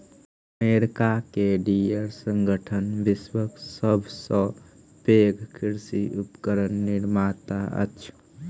America के Deere संगठन विश्वक सभ सॅ पैघ कृषि उपकरण निर्माता अछि